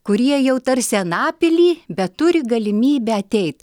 kurie jau tarsi anapily beturi galimybę ateit